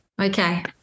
Okay